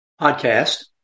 podcast